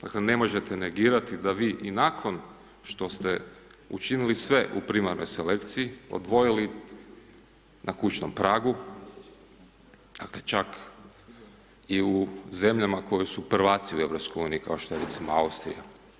Dakle ne možete negirati da vi i nakon što ste učinili sve u primarnoj selekciji, odvojili na kućnog pragu, dakle čak i u zemljama koje su prvaci u EU-u kao što je recimo Austrija.